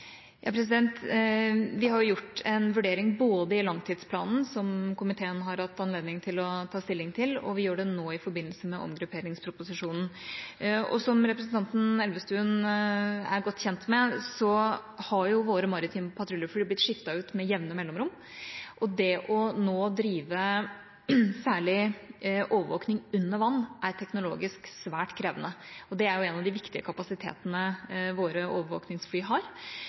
Vi har gjort en vurdering både i langtidsplanen, som komiteen har hatt anledning til å ta stilling til, og nå i forbindelse med omgrupperingsproposisjonen. Som representanten Elvestuen er godt kjent med, har våre maritime patruljefly blitt skiftet ut med jevne mellomrom. Det å nå drive særlig overvåkning under vann er teknologisk svært krevende, og det er jo en av de viktige kapasitetene våre overvåkningsfly har,